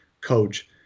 coach